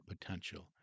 potential